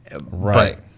Right